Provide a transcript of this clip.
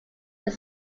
were